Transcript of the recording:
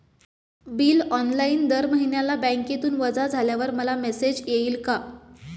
Bill online दर महिन्याला बँकेतून वजा झाल्यावर मला मेसेज येईल का?